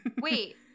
wait